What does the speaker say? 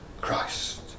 Christ